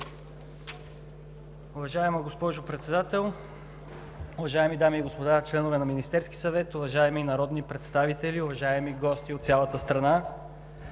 Уважаема госпожо Председател, уважаеми дами и господа членове на Министерския съвет, уважаеми народни представители, уважаеми гости от цялата страна!